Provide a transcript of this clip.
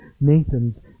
Nathans